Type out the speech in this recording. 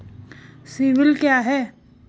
CIBIL क्या है?